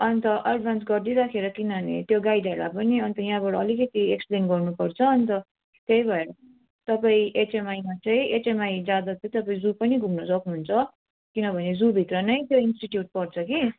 अन्त एडभान्स गरिदिइराखेर किनभने त्यो गाइडहरूलाई पनि अन्त यहाँबाट अलिकति एक्सप्लेन गर्नुपर्छ अन्त त्यही भएर तपाईँ एचएमआईमा चाहिँ एचएमआई जाँदा चाहिँ तपाईँ जू पनि घुम्नु सक्नुहुन्छ किनभने जूभित्र नै त्यो इन्सिटिट्युट पर्छ कि